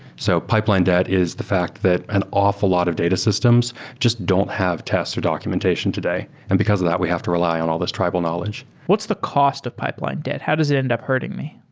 so pipeline debt is the fact that an awful lot of data systems just don't have test or documentation today, and because of that we have to rely on all this tribal knowledge. what's the cost of pipeline debt? how does it end up hurting me?